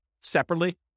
separately